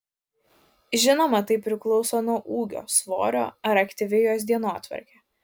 žinoma tai priklauso nuo ūgio svorio ar aktyvi jos dienotvarkė